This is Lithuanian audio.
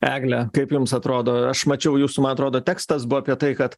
egle kaip jums atrodo aš mačiau jūsų man atrodo tekstas buvo apie tai kad